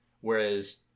Whereas